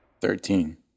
Thirteen